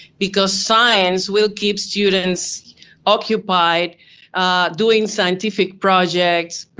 because science will keep students occupied doing scientific projects,